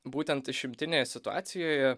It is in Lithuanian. būtent išimtinėje situacijoje